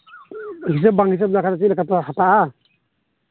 ᱦᱤᱥᱟᱹᱵ ᱵᱟᱝ ᱦᱤᱥᱟᱹᱵ ᱞᱮᱠᱷᱟᱱ ᱪᱮᱫ ᱞᱮᱠᱟᱛᱮ ᱦᱟᱛᱟᱜᱼᱟ